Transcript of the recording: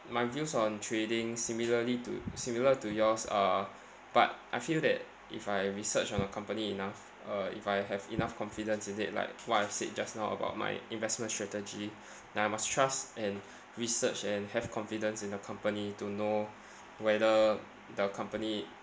my views on trading similarly to similar to yours uh but I feel that if I research on a company enough uh if I have enough confidence in it like what I've said just now about my investment strategy that I must trust and research and have confidence in the company to know whether the company